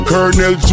Colonel